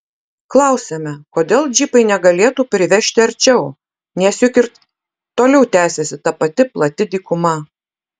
klausiame kodėl džipai negalėtų privežti arčiau nes juk ir toliau tęsiasi ta pati plati dykuma